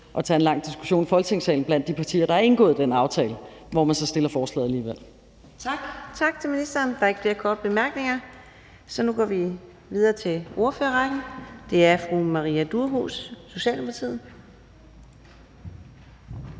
at tage en lang diskussion i Folketingssalen blandt de partier, der har indgået den aftale, hvor man så fremsætter forslaget alligevel. Kl. 13:57 Fjerde næstformand (Karina Adsbøl): Tak til ministeren. Der er ikke flere korte bemærkninger. Så nu går vi videre til ordførerrækken, og det er fru Maria Durhuus, Socialdemokratiet.